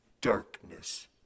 darkness